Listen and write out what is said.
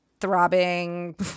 throbbing